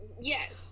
yes